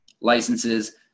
licenses